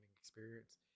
experience